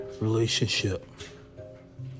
relationship